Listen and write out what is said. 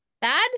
Bad